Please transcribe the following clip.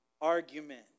argument